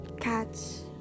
cats